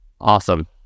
Awesome